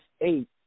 eight